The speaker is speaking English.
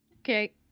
Okay